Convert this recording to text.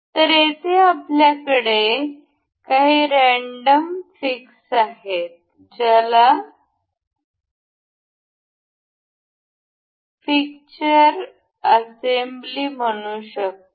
तर येथे आपल्याकडे काही रँडम फिक्स आहेत ज्याला फिक्स्चर असेंब्ली म्हणू शकतो